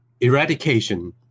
eradication